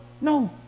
no